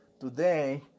today